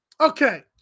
Okay